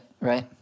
right